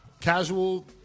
casual